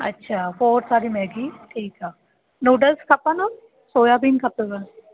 अच्छा फोर्स वारी मैगी ठीकु आहे नूडल्स खपंदो सोयाबीन खपंदो